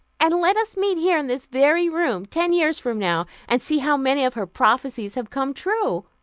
and let us meet here in this very room, ten years from now, and see how many of her prophecies have come true.